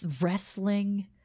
wrestling